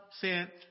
sent